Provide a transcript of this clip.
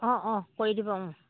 অঁ অঁ কৰি দিব